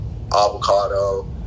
avocado